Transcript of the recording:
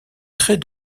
très